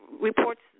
reports